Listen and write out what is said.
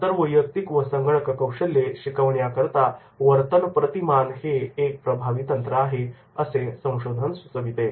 आंतरवैयक्तिक व संगणककौशल्ये शिकवण्याकरीता वर्तन प्रतिमान हे एक प्रभावी तंत्र आहे असे संशोधन सुचवते